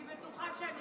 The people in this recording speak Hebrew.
אני בטוחה שאני